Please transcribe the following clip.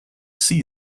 sea